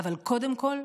אבל קודם כול,